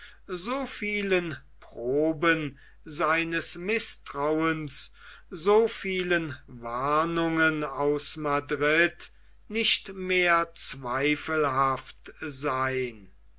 so vielen proben seines mißtrauens so vielen warnungen aus madrid nicht mehr zweifelhaft sein